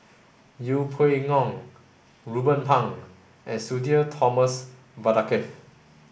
Yeng Pway Ngon Ruben Pang and Sudhir Thomas Vadaketh